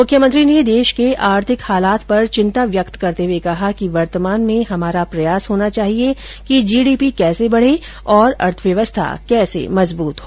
मुख्यमंत्री ने देश के आर्थिक हालातों पर चिंता व्यक्त करते हुए कहा कि वर्तमान में हमारा प्रयास होना चाहिए कि जीडीपी कैसे बढ़े और अर्थव्यवस्था कैसे मजबूत हो